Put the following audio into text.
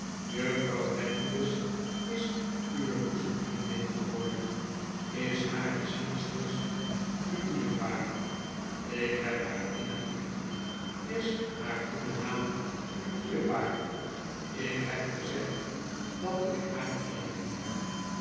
juffrouw landless is uwe boezemvriendin geworden is hare zielsrust u dierbaar lk heb haar innig lief ls haar goede naam u dierbaar ik heb gezegd dat ik haar innig liefheb ik